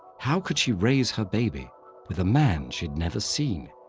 how could she raise her baby with a man she'd never seen?